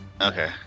Okay